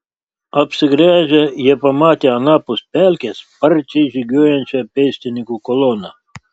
apsigręžę jie pamatė anapus pelkės sparčiai žygiuojančią pėstininkų koloną